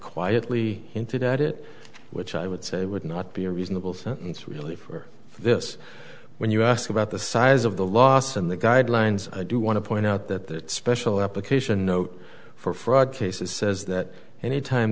quietly hinted at it which i would say would not be a reasonable sentence really for this when you ask about the size of the loss and the guidelines i do want to point out that that special application note for fraud cases says that anytime